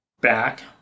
back